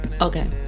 Okay